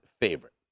favorite